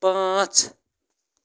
پانٛژھ